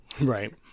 Right